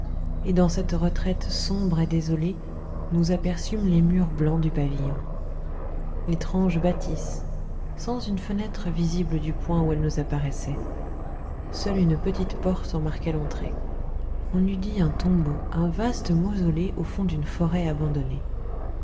et dans cette retraite sombre et désolée nous aperçûmes les murs blancs du pavillon étrange bâtisse sans une fenêtre visible du point où elle nous apparaissait seule une petite porte en marquait l'entrée on eût dit un tombeau un vaste mausolée au fond d'une forêt abandonnée